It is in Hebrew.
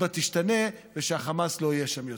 בה תשתנה והחמאס לא יהיה שם יותר.